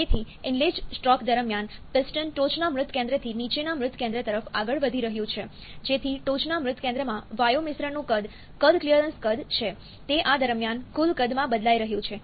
તેથી inlet stroke દરમિયાન piston ટોચના મૃત કેન્દ્રથી નીચેના મૃત કેન્દ્ર તરફ આગળ વધી રહ્યું છે જેથી ટોચના મૃત કેન્દ્રમાં વાયુમિશ્રણનું કદ કદ ક્લિયરન્સ કદ છે તે આ દરમિયાન કુલ કદમાં બદલાઈ રહ્યું છે